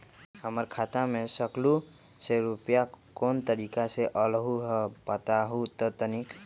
हमर खाता में सकलू से रूपया कोन तारीक के अलऊह बताहु त तनिक?